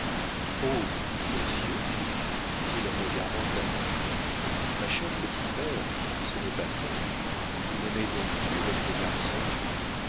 monsieur dit-il en regardant sa mère ma chère petite mère ce n'est pas bien vous n'aimez donc plus votre garçon